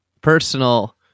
personal